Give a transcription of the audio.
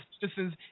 citizens